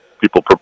People